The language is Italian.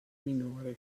minore